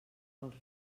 pels